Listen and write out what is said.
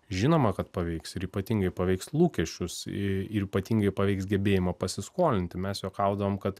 žinoma kad paveiks ir ypatingai paveiks lūkesčius ir ypatingai paveiks gebėjimą pasiskolinti mes juokaudavom kad